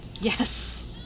Yes